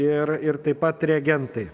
ir ir taip pat reagentai